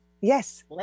Yes